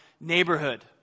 neighborhood